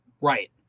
Right